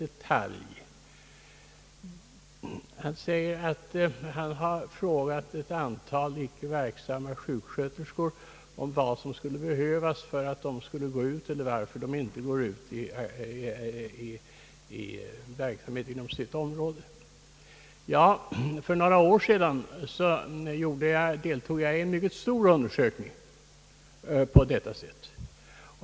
Herr Söderberg säger att han har frågat ett antal icke verksamma sjuksköterskor om vad som skulle behövas för att de skulle gå ut i verksamhet inom sitt område. För några år sedan deltog jag i en mycket stor undersökning som arbetade på detta sätt.